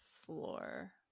floor